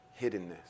hiddenness